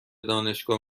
دانشگاه